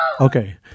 Okay